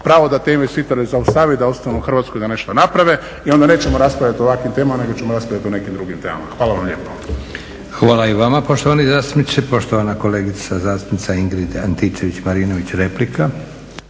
pravo da te investitore zaustavi i da ostanu u Hrvatskoj i da nešto naprave i onda nećemo raspravljati o ovakvim temama nego ćemo raspravljati o nekim drugim temama. Hvala vam lijepo. **Leko, Josip (SDP)** Hvala i vama poštovani zastupniče. Poštovana kolegice zastupnica Ingrid Antičević-Marinović, replika.